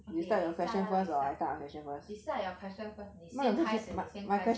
okay we start lah we start we start your question first leh 先开始你先开始